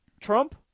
Trump